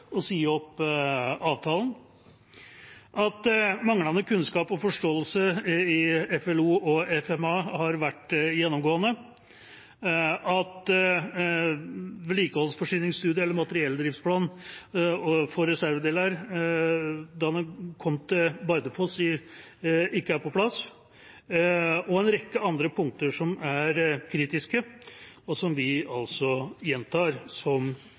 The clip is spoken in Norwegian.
si opp avtalen, at manglende kunnskap og forståelse i FLO og FMA har vært gjennomgående, at vedlikeholds- og forsyningsstudie eller materielldriftsplan ikke var på plass da reservedeler kom til Bardufoss, og en rekke andre punkter som er kritiske, og som vi altså gjentar